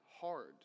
hard